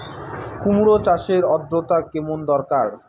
কুমড়ো চাষের আর্দ্রতা কেমন দরকার?